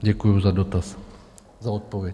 Děkuju za dotaz... za odpověď.